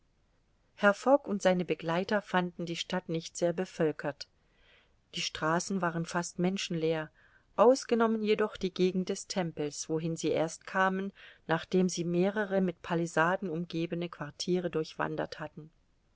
fogg und seine begleiter fanden die stadt nicht sehr bevölkert die straßen waren fast menschenleer ausgenommen jedoch die gegend des tempels wohin sie erst kamen nachdem sie mehrere mit palissaden umgebene quartiere durchwandert hatten